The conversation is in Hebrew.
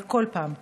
אבל כל פעם,